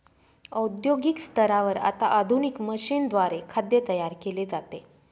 औद्योगिक स्तरावर आता आधुनिक मशीनद्वारे खाद्य तयार केले जाते